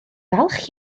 falch